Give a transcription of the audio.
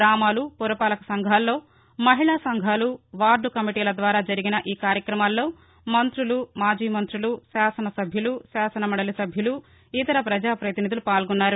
గ్రామాలు పురపాలక సంఘాల్లో మహిళా సంఘాలు వార్గ కమిటీల ద్వారా జరిగిన ఈ కార్యక్రమాల్లో మంత్రులు మాజీ మం్రులు శాసనసభ్యులు శాసనమండలి సభ్యులు ఇతర పజాపతినిధులు పాల్గొన్నారు